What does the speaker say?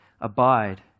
abide